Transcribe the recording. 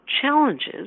challenges